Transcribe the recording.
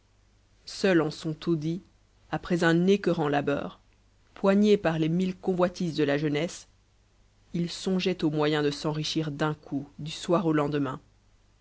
seul en son taudis après un écœurant labeur poigné par les mille convoitises de la jeunesse il songeait aux moyens de s'enrichir d'un coup du soir au lendemain